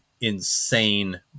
insane